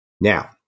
Now